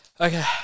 Okay